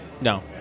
No